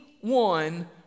one